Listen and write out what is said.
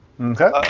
okay